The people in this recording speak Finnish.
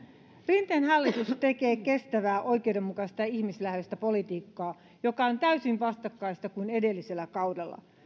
rinteen hallitus tekee kestävää oikeudenmukaista ja ihmisläheistä politiikkaa joka on täysin vastakkaista kuin edellisellä kaudella